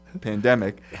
pandemic